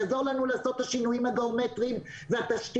יעזור לנו לעשות את השינויים הגיאומטריים והתשתיתיים